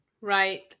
Right